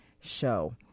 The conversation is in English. show